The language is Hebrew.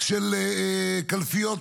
אז אדוני,